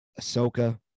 Ahsoka